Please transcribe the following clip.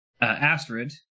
Astrid